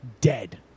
dead